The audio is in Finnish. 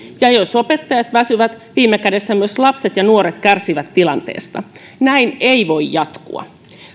ja jos opettajat väsyvät viime kädessä myös lapset ja nuoret kärsivät tilanteesta näin ei voi jatkua